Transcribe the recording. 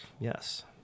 yes